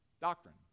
doctrine